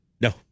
No